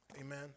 Amen